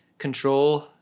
control